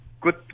good